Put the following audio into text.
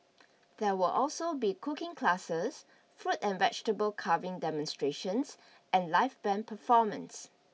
there will also be cooking classes fruit and vegetable carving demonstrations and live band performances